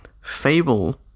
Fable